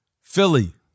Philly